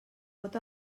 pot